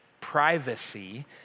privacy